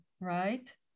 right